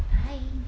hi